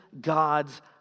God's